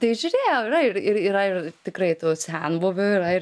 tai žiurėjau yra ir ir yra ir tikrai tų senbuvių yra ir